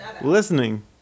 Listening